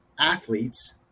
athletes